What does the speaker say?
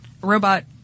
robot